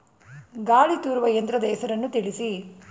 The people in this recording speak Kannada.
ಗಾಳಿ ತೂರುವ ಯಂತ್ರದ ಹೆಸರನ್ನು ತಿಳಿಸಿ?